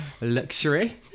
luxury